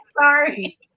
sorry